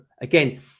again